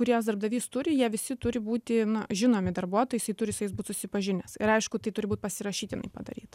kuriuos darbdavys turi jie visi turi būti na žinomi darbuotojui jisai turi su jais būt susipažinęs ir aišku tai turi būt pasirašytinai padaryta